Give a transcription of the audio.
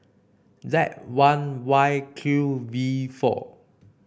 Z one Y Q V four